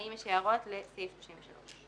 האם יש הערות לסעיף 33?